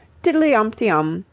tiddly-omty-om.